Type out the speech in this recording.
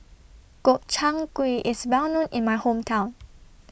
Gobchang Gui IS Well known in My Hometown